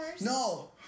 No